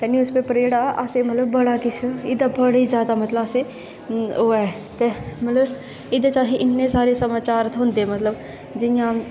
ते न्यूज़पेपर जेह्ड़ा एह्दा बड़ा किश मतलब एह्दा मतलब अस बड़ा जादै ओह् ऐ मतलब एह्दे च असेंगी इन्ने जादा समाचार थ्होंदे मतलब जियां